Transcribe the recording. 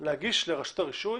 להגיש לרשות הרישוי